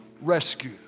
rescue